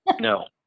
no